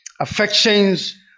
affections